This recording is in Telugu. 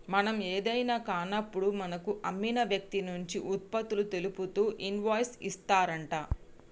మనం ఏదైనా కాన్నప్పుడు మనకు అమ్మిన వ్యక్తి నుంచి ఉత్పత్తులు తెలుపుతూ ఇన్వాయిస్ ఇత్తారంట